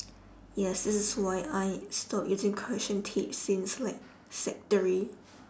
yes this is why I stop using correction tape since like sec three